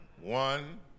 One